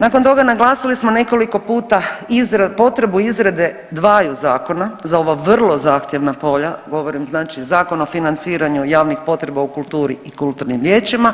Nakon toga, naglasili smo nekoliko puta potrebu izrade dvaju zakona, za ova vrlo zahtjevna polja, govorim znači Zakon o financiranju javnih potreba u kulturi i kulturnim vijećima